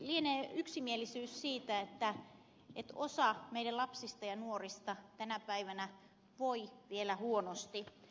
lienee yksimielisyys siitä että osa meidän lapsistamme ja nuoristamme tänä päivänä voi vielä huonosti